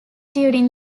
during